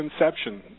inception